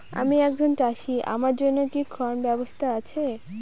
আমি একজন চাষী আমার জন্য কি ঋণের ব্যবস্থা আছে?